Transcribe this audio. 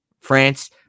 France